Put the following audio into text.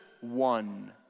one